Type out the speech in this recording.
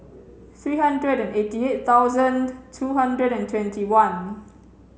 three hundred and eighty eight thousand two hundred and twenty one